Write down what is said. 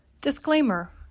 Disclaimer